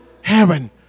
heaven